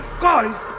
guys